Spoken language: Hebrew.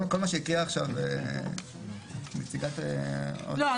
כל מה שהקריאה עכשיו נציגת האוצר -- לא,